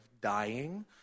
dying